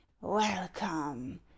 Welcome